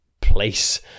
place